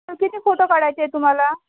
कितीचे photo काढायचे आहेत तुम्हाला